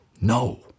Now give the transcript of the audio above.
no